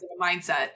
mindset